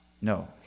No